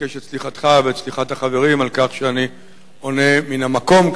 מבקש את סליחתך ואת סליחת החברים על כך שאני עונה מן המקום,